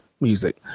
music